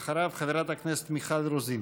אחריו, חברת הכנסת מיכל רוזין.